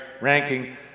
ranking